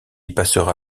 passera